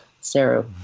Sarah